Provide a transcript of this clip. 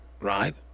right